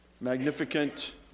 Magnificent